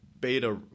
beta